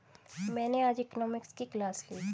मैंने आज इकोनॉमिक्स की क्लास ली